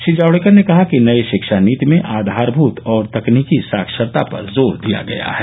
श्री जावडेकर ने कहा कि नई शिक्षा नीति में आधारमूत और तकनीकी साक्षरता पर जोर दिया गया है